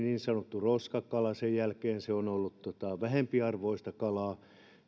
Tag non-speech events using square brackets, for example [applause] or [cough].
[unintelligible] niin sanotusti roskakalana pidetystä joka sen jälkeen on ollut vähempiarvoista kalaa